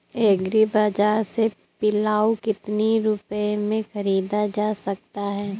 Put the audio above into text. Agree बाजार से पिलाऊ कितनी रुपये में ख़रीदा जा सकता है?